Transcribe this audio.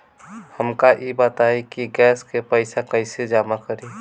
हमका ई बताई कि गैस के पइसा कईसे जमा करी?